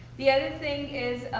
the other thing